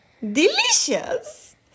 delicious